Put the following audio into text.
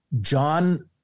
John